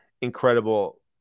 incredible